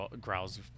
growls